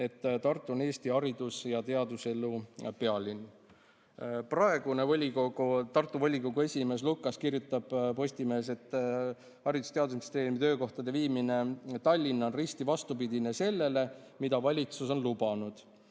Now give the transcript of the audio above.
et Tartu on Eesti haridus- ja teaduselu pealinn. Praegune Tartu volikogu esimees Lukas kirjutab Postimehes, et Haridus- ja Teadusministeeriumi töökohtade viimine Tallinna on risti vastupidine sellele, mida valitsus on lubanud.